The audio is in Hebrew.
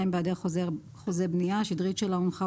בהיעדר חוזה בנייה השדרית שלה הונחה,